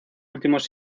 últimos